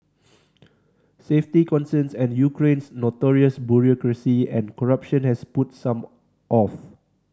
safety concerns and Ukraine's notorious bureaucracy and corruption has put some off